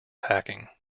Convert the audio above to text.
hacking